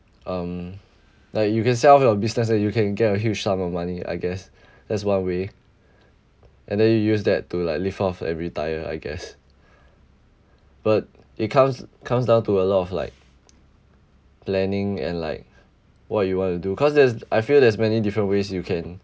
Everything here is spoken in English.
um like you can sell off your business and you can get a huge sum of money I guess that's one way and then you use that to like live off and retire I guess but it comes comes down to a lot of like planning and like what you want to do cause there's I feel there's many different ways you can